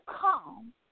come